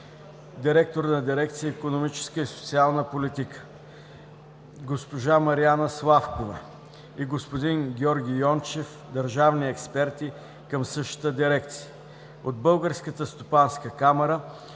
директор на дирекция „Икономическа и социална политика”, госпожа Мариана Славкова и господин Георги Йончев – държавни експерти към същата дирекция; от Българската стопанска камара